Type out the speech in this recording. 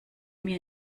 mir